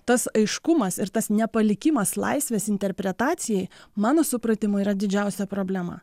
tas aiškumas ir tas nepalikimas laisvės interpretacijai mano supratimu yra didžiausia problema